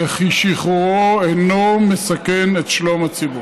וכי שחרורו אינו מסכן את שלום הציבור.